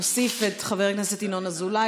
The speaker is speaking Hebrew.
נוסיף את חבר הכנסת ינון אזולאי,